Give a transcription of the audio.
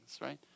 right